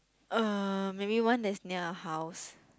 um maybe one that's near the house